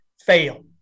fail